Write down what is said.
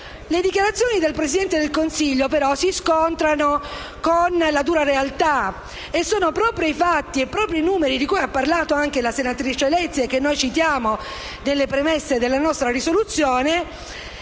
Le dichiarazioni del Presidente del Consiglio si scontrano, però, con la dura realtà e sono proprio i fatti e i numeri di cui ha parlato anche la senatrice Lezzi - che noi citiamo nelle premesse delle nostra risoluzione